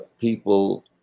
people